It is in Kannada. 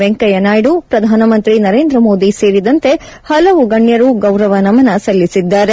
ವೆಂಕಯ್ಯ ನಾಯ್ದು ಪ್ರಧಾನಮಂತ್ರಿ ನರೇಂದ್ರ ಮೋದಿ ಸೇರಿದಂತೆ ಹಲವು ಗಣ್ಯರು ಗೌರವ ನಮನ ಸಲ್ಲಿಸಿದ್ದಾರೆ